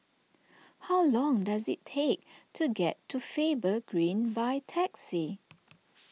how long does it take to get to Faber Green by taxi